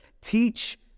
teach